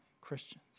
Christians